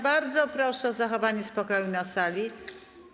Bardzo proszę o zachowanie spokoju na sali.